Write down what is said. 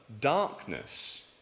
darkness